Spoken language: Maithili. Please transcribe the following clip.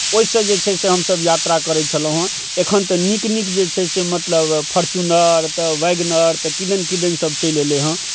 ओहिसँ जे छै से हमसभ यात्रा करै छलौँ हेँ एखन तऽ नीक नीक जे छै से मतलब फोर्च्युनर तऽ वैगन आर तऽ किदन किदन सभ चलि अयलै हँ